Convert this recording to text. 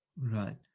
right